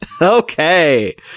Okay